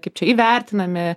kaip čia įvertinami